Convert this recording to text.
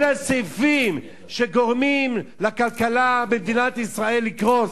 אלה הסעיפים שגורמים לכלכלה במדינת ישראל לקרוס.